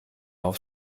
auf